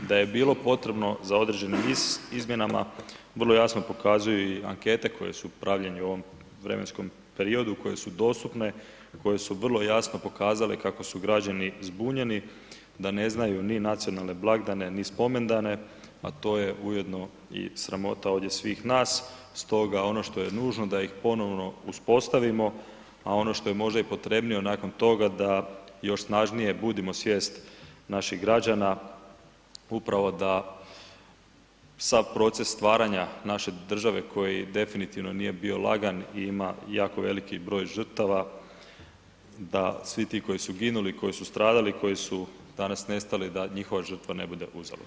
Da je bilo potrebno za određenim izmjenama, vrlo jasno pokazuju i ankete koje su pravljene u ovom vremenskom periodu, koje su dostupne, koje su vrlo jasno pokazale kako su građani zbunjeni, da ne znaju ni nacionalne blagdane ni spomendane, a to je ujedno i sramota ovdje svih nas stoga ono što je nužno da ih ponovno uspostavimo, a ono što je možda i potrebnije nakon toga da još snažnije budimo svijest naših građana, upravo da sav proces stvaranja naše države koji definitivno nije bio lagan i ima jako veliki broj žrtava, da svi ti koji su ginuli, koji su stradali, koji su danas nestali, da njihova žrtva ne bude uzalud, hvala.